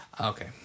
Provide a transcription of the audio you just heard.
Okay